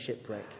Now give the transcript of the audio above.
shipwreck